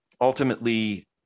ultimately